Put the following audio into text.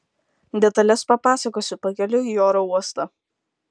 detales papasakosiu pakeliui į oro uostą